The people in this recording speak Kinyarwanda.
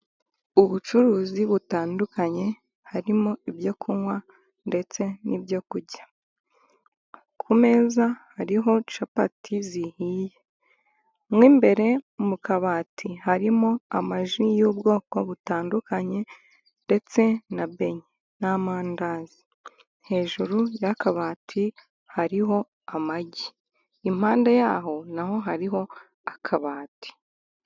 Ubucuruzi butandukanye, harimo ibyo kunywa ndetse n'ibyo kurya. Ku meza hariho capati zihiye. Mo imbere mu kabati harimo amaji y'ubwoko butandukanye ndetse na benye, n'amanandazi. Hejuru y'akabati, hariho amagi. Impande yaho naho hariho akabati.